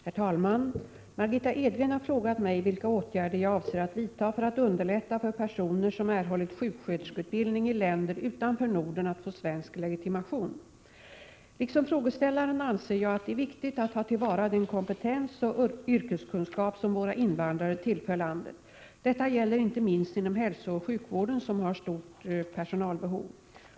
Herr talman! Margitta Edgren har frågat mig vilka åtgärder jag avser att vidta för att underlätta för personer som erhållit sjuksköterskeutbildning i länder utanför Norden att få svensk legitimation. Liksom frågeställaren anser jag att det är viktigt att ta till vara den kompetens och yrkeskunskap som våra invandrare tillför landet. Detta gäller inte minst inom hälsooch sjukvården, som har stort personalbehov.